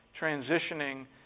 Transitioning